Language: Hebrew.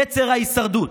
יצר ההישרדות.